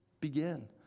begin